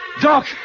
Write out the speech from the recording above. Doc